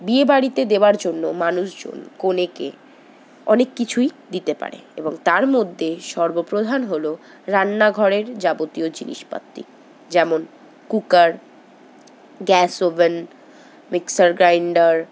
বিয়েবাড়িতে দেওয়ার জন্য মানুষজন কনেকে অনেক কিছুই দিতে পারে এবং তার মধ্যে সর্বপ্রধান হল রান্নাঘরের যাবতীয় জিনিসপাত্তি যেমন cooker gas oven mixer grinder